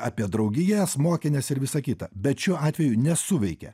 apie draugijas mokines ir visa kita bet šiuo atveju nesuveikė